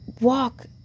Walk